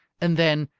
and then,